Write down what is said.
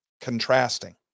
contrasting